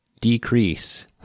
decrease